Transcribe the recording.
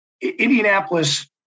Indianapolis